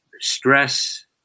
stress